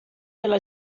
pela